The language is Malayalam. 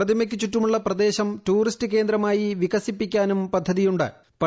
പ്രതിമയ്ക്കു ചുറ്റുമുള്ള പ്രദേശം ടൂറിസ്റ്റ് കേന്ദ്രമായി വികസിപ്പിക്കാനും പദ്ധതിയു ്